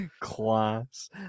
Class